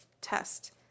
test